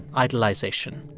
idolization.